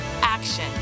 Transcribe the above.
Action